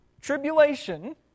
tribulation